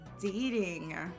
dating